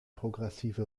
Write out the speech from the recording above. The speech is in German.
progressive